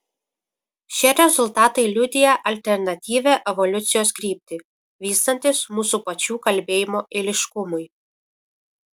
šie rezultatai liudija alternatyvią evoliucijos kryptį vystantis mūsų pačių kalbėjimo eiliškumui